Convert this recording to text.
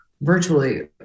virtually